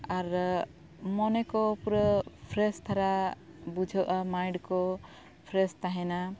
ᱟᱨ ᱢᱚᱱᱮ ᱠᱚ ᱯᱩᱨᱟᱹ ᱯᱷᱨᱮᱥ ᱛᱷᱟᱨᱟ ᱵᱩᱡᱷᱟᱹᱜᱼᱟ ᱢᱟᱭᱤᱱᱰ ᱠᱚ ᱯᱷᱨᱮᱥ ᱛᱟᱦᱮᱱᱟ